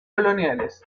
coloniales